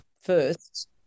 first